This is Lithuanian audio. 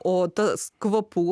o tas kvapų